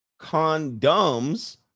condoms